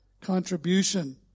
contribution